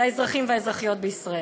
לאזרחים ולאזרחיות בישראל.